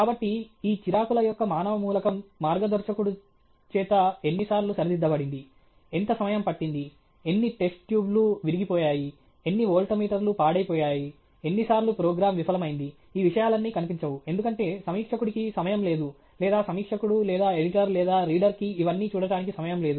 కాబట్టి ఈ చిరాకుల యొక్క మానవ మూలకం మార్గదర్శకుడు గైడ్ చేత ఎన్నిసార్లు సరిదిద్దబడింది ఎంత సమయం పట్టింది ఎన్ని టెస్ట్ ట్యూబ్ లు విరిగిపోయాయి ఎన్ని వోల్టమీటర్లు పాడైపోయాయి ఎన్నిసార్లు ప్రోగ్రామ్ విఫలమైంది ఈ విషయాలన్నీ కనిపించవు ఎందుకంటే సమీక్షకుడికి సమయం లేదు లేదా సమీక్షకుడు లేదా ఎడిటర్ లేదా రీడర్ కి ఇవన్నీ చూడటానికి సమయం లేదు